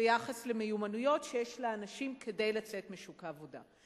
ביחס למיומנויות שיש לאנשים כדי לצאת משוק העבודה.